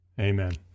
Amen